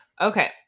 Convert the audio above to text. Okay